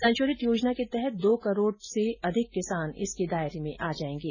संशोधित योजना के तहत दो करोड़ से अधिक किसान इसके दायरे में आ जायेगें